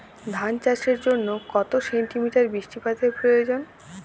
ধান চাষের জন্য কত সেন্টিমিটার বৃষ্টিপাতের প্রয়োজন?